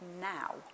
now